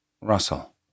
Russell